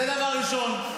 זה דבר ראשון.